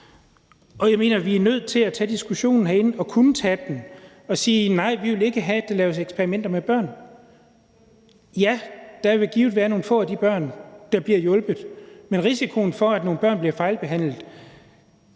Jeg mener, vi er nødt til at tage diskussionen herinde – og kunne tage den – og sige: Nej, vi vil ikke have, at der laves eksperimenter med børn. Ja, der vil givet være nogle få af de børn, der bliver hjulpet, men risikoen for, at nogle børn bliver fejlbehandlet,